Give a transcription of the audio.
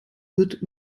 wird